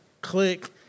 click